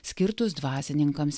skirtus dvasininkams